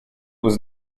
was